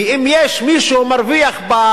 כי אם יש פה שני מרוויחים,